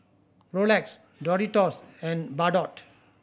Rolex Doritos and Bardot